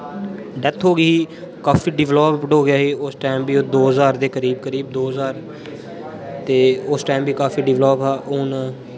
death हो गई काफी डेवलप्ड हो गेआ ही उस टाइम दो ज्हार दे करीब करीब दो ज्हार उस टाइम बी काफी डेवलप्ड हां हुन